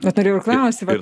vat norėjau ir klausti vat